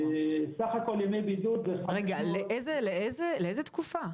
סך הכל ימי בידוד הם 500. רגע, לאיזו תקופה?